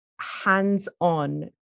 hands-on